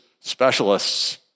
specialists